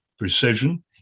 precision